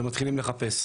ומתחילים לחפש.